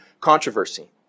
controversy